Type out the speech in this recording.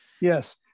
Yes